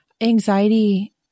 anxiety